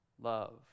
love